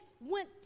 went